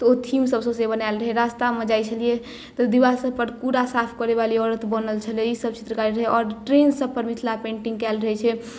तऽ ओ थीम सभसँ बनाएल रहै रास्तामे जाइ छलियै तऽ दीवाल सभ पर कूड़ा साफ करै वाली औरत बनल छलै ई सभ चित्रकारी रहै आओर ट्रेन सभपर मिथिला पेन्टिंग कयल रहै छै